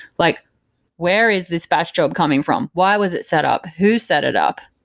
like where is this batch job coming from? why was it set up? who set it up?